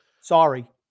Sorry